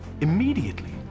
Immediately